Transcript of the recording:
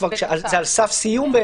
כשזה כבר על סף סיום,